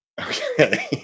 Okay